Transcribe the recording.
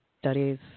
studies